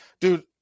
dude